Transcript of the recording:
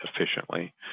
efficiently